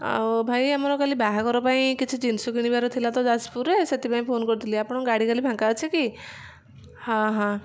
ଆଉ ଭାଇ ଆମର କାଲି ବାହାଘର ପାଇଁ କିଛି ଜିନିଷ କିଣିବାର ଥିଲା ତ ଯାଜପୁରରେ ସେଥିପାଇଁ ଫୋନ୍ କରିଥିଲି ଆପଣଙ୍କ ଗାଡ଼ି କାଲି ଫାଙ୍କା ଅଛି କି ହଁ ହଁ